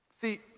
see